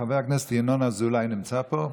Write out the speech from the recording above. חבר הכנסת ינון אזולאי נמצא פה?